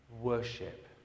Worship